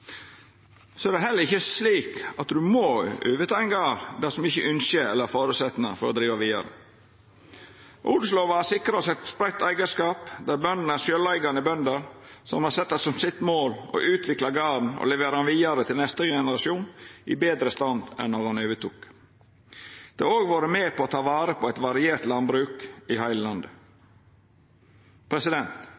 Det er heller ikkje slik at ein må ta over ein gard dersom ein ikkje ynskjer eller har føresetnader for å driva vidare. Odelslova sikrar oss eit spreidd eigarskap med sjølveigande bønder som har sett det som sitt mål å utvikla garden og levera han vidare til neste generasjon i betre stand enn då han vart teken over. Dette har òg vore med på å ta vare på eit variert landbruk i heile landet.